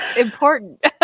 important